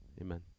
Amen